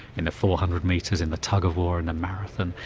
in the four hundred metres, in the tug-of-war, in the marathon.